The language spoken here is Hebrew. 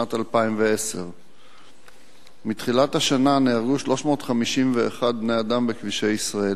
שנת 2010. מתחילת השנה נהרגו 351 בני-אדם בכבישי ישראל.